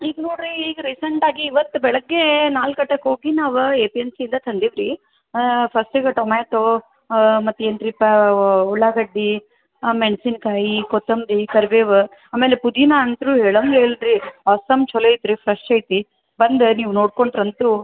ಈಗ ನೋಡಿರಿ ಈಗ ರೀಸೆಂಟಾಗಿ ಇವತ್ತು ಬೆಳಿಗ್ಗೆ ನಾಲ್ಕು ಗಂಟೆಗ್ ಹೋಗಿ ನಾವೇ ಎ ಪಿ ಎಮ್ ಸಿಯಿಂದ ತಂದೀವಿ ರೀ ಫಸ್ಟಿಗೆ ಟೊಮ್ಯಾಟೋ ಮತ್ತೆ ಏನು ರೀ ಪಾ ಉಳ್ಳಾಗಡ್ಡೆ ಮೆಣಸಿನ್ಕಾಯಿ ಕೊತ್ತಂಬರಿ ಕರ್ಬೇವು ಆಮೇಲೆ ಪುದೀನ ಅಂತು ಹೇಳೋಂಗೇ ಇಲ್ಲ ರೀ ಒಸಮ್ ಚೊಲೋ ಐತೆ ರೀ ಫ್ರೆಶ್ ಐತಿ ಬಂದು ನೀವು ನೋಡ್ಕೊಂಡ್ರಂತೂ